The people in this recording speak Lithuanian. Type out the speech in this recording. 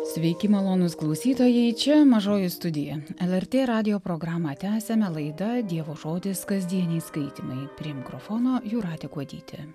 sveiki malonūs klausytojai čia mažoji studija lrt radijo programą tęsiame laida dievo žodis kasdieniai skaitymai prie mikrofono jūratė kuodytė